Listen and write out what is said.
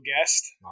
guest